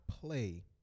play